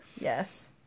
Yes